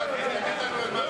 למה להביך אותו?